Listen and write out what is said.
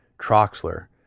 Troxler